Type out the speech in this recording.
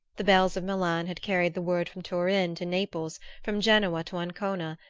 the bells of milan had carried the word from turin to naples, from genoa to ancona,